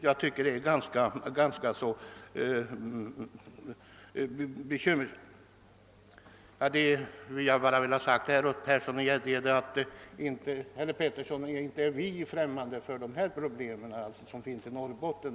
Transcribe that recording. Jag vill alltså säga till herr Persson i Gäddede att vi socialdemokrater inte är främmande för de problem som finns i Norrbotten.